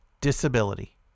disability